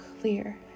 clear